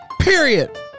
Period